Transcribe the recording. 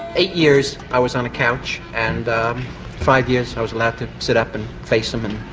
eight years i was on a couch, and five years i was allowed to sit up and face him and